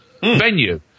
venue